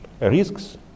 risks